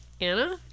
Anna